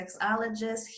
sexologist